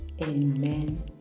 amen